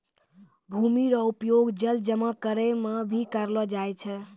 भूमि रो उपयोग जल जमा करै मे भी करलो जाय छै